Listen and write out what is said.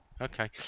Okay